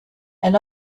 and